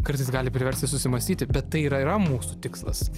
kartais gali priversti susimąstyti bet tai ir yra mūsų tikslas